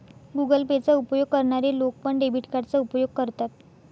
Google Pay चा उपयोग करणारे लोक पण, डेबिट कार्डचा उपयोग करतात